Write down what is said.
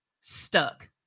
stuck